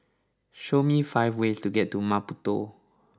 show me five ways to get to Maputo